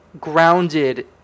grounded